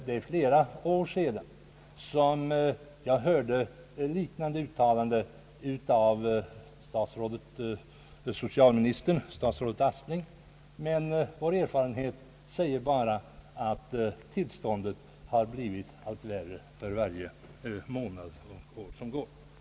För flera år sedan hörde jag ett liknande uttalande av socialministern, statsrådet Aspling, men vår erfarenhet säger bara att tillståndet har blivit allt värre för varje månad och år som har gått sedan dess.